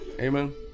amen